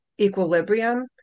equilibrium